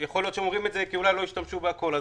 אולי הם אומרים את זה כי לא השתמשו בכל הכסף.